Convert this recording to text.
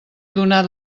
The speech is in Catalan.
donat